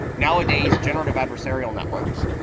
nowadays, generative adversarial networks,